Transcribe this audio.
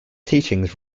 teachings